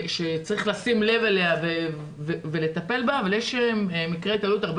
שצריך לשים לב אליה ולטפל בה אבל יש מקרי התעללות הרבה